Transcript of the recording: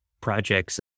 projects